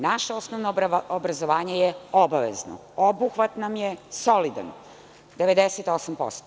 Naše osnovno obrazovanje je obavezno, obuhvat nam je solidan, 98%